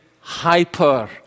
hyper